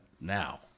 now